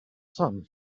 sun